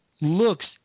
looks